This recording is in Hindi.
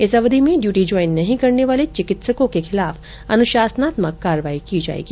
इस अवधि में ड्यूटी ज्वाईन नहीं करने वाले चिकित्सकों के विरूद्व अन्शासनात्मक कार्रवाई की जायेगी